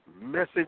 message